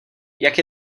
jak